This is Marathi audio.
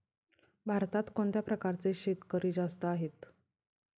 भारतात कोणत्या प्रकारचे शेतकरी जास्त आहेत?